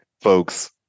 folks